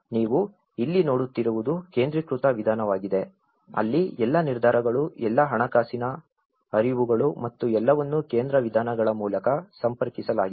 ನೀವು ಇಲ್ಲಿ ನೋಡುತ್ತಿರುವುದು ಕೇಂದ್ರೀಕೃತ ವಿಧಾನವಾಗಿದೆ ಅಲ್ಲಿ ಎಲ್ಲಾ ನಿರ್ಧಾರಗಳು ಎಲ್ಲಾ ಹಣಕಾಸಿನ ಹರಿವುಗಳು ಮತ್ತು ಎಲ್ಲವನ್ನೂ ಕೇಂದ್ರ ವಿಧಾನಗಳ ಮೂಲಕ ಸಂಪರ್ಕಿಸಲಾಗಿದೆ